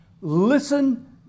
Listen